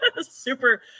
super